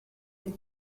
elle